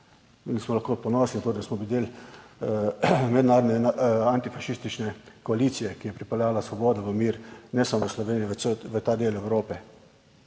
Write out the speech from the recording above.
da smo lahko ponosni na to, da smo bili del mednarodne antifašistične koalicije, ki je pripeljala svobodo v mir ne samo v Sloveniji, v ta del Evrope,